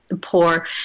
poor